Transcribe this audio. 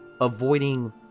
Avoiding